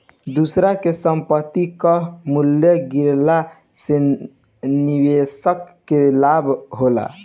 दूसरा के संपत्ति कअ मूल्य गिरला से निवेशक के लाभ होला